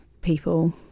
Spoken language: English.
people